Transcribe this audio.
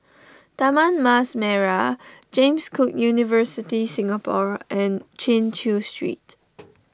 Taman Mas Merah James Cook University Singapore and Chin Chew Street